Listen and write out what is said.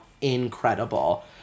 incredible